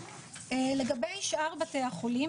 לגבי שאר בתי החולים,